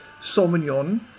sauvignon